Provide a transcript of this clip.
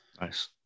Nice